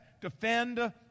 defend